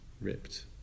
Ripped